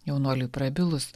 jaunuoliui prabilus